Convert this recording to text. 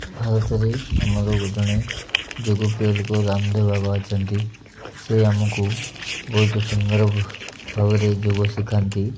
ଭାରତରେ ଆମର ଜଣେ ଯୋଗ ପ୍ରିୟ ଲୋକ ରାମଦେବ ବାବା ଅଛନ୍ତି ସେ ଆମକୁ ବହୁତ ସୁନ୍ଦର ଭାବରେ ଯୋଗ ଶିଖାନ୍ତି